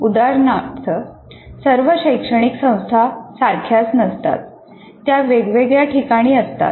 उदाहरणार्थ सर्व शैक्षणिक संस्था सारख्याच नसतात त्या वेगवेगळ्या ठिकाणी असतात